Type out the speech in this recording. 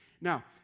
Now